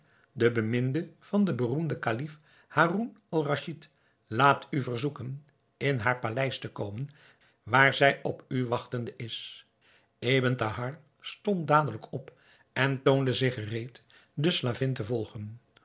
de beminde van den beroemden kalif haroun-al-raschid laat u verzoeken in haar paleis te komen waar zij op u wachtende is ebn thahar stond dadelijk op en toonde zich gereed de slavin te volgen